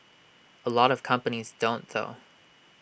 A lot of companies don't though